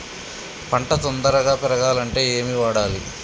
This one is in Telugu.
పంట తొందరగా పెరగాలంటే ఏమి వాడాలి?